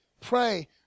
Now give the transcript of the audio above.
Pray